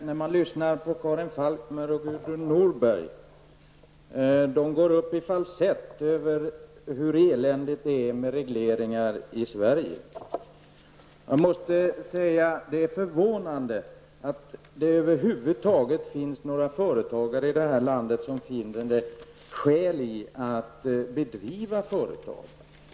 Herr talman! Karin Falkmer och Gudrun Norberg går upp i falsett över hur eländigt det är med regleringar i Sverige. Jag måste säga att det är förvånande att det över huvud taget finns några företagare i det här landet som finner skäl att driva företag.